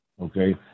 Okay